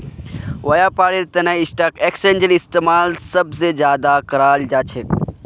व्यापारेर तना स्टाक एक्स्चेंजेर इस्तेमाल सब स ज्यादा कराल जा छेक